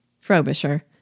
Frobisher